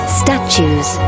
statues